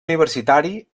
universitari